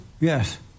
Yes